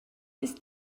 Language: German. ist